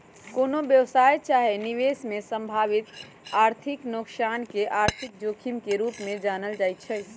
कोनो व्यवसाय चाहे निवेश में संभावित आर्थिक नोकसान के आर्थिक जोखिम के रूप में जानल जाइ छइ